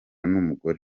n’umugore